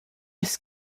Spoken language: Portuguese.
esse